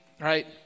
right